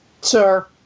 Sir